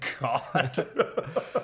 God